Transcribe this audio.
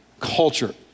culture